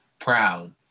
proud